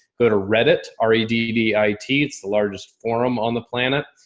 go to reddit, r. e. d. d. i. t it's the largest forum on the planet.